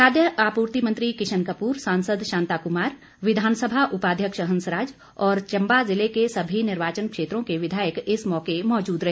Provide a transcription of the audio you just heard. खाद्य आपूर्ति मंत्री किशन कपूर सांसद शांता कुमार विधानसभा उपाध्यक्ष हंसराज और चंबा जिले के सभी निर्वाचन क्षेत्रों के विधायक इस मौके मौजूद रहे